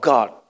God